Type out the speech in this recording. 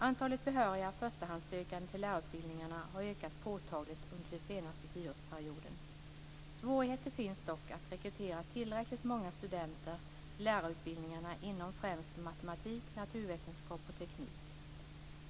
Antalet behöriga förstahandssökande till lärarutbildningarna har ökat påtagligt under den senaste tioårsperioden. Svårigheter finns dock att rekrytera tillräckligt många studenter till lärarutbildningarna inom främst matematik, naturvetenskap och teknik.